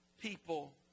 people